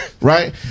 Right